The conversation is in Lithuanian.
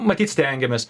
matyt stengiamės